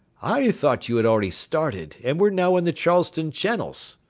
i thought you had already started, and were now in the charleston channels.